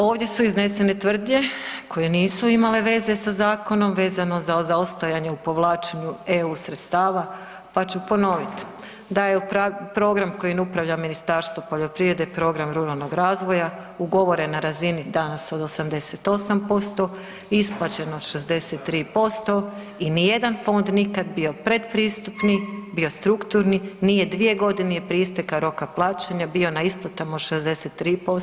Ovdje su iznesene tvrdnje koje nisu imale veze sa zakonom vezano za ostajanje u povlačenju EU sredstava, pa ću ponoviti da je program kojim upravlja Ministarstvo poljoprivrede program ruralnog razvoja ugovoren na razini danas od 88%, isplaćeno 63% i ni jedan fond nikad bio predpristupni, bio strukturni nije dvije godine prije isteka roka plaćanja bio na isplatama od 63%